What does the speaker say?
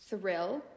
thrill